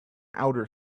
outer